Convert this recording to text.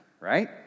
right